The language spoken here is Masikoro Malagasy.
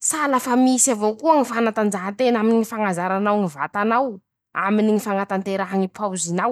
Sa la fa misy avao koa ñy fañatanjahan-tena aminy ñy fañazaranao ñy vatanao aminy ñy fañatanteraha ñy asa"